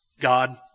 God